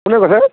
কোনে কৈছে